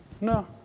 No